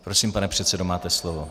Prosím, pane předsedo, máte slovo.